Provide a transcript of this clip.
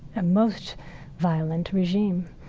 a most violent regime.